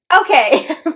Okay